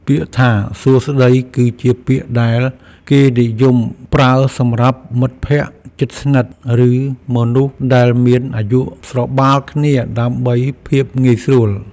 ពាក្យថាសួស្តីគឺជាពាក្យដែលគេនិយមប្រើសម្រាប់មិត្តភក្តិជិតស្និទ្ធឬមនុស្សដែលមានអាយុស្របាលគ្នាដើម្បីភាពងាយស្រួល។